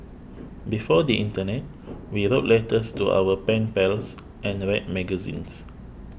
before the internet we wrote letters to our pen pals and read magazines